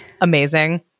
amazing